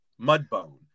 Mudbone